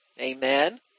amen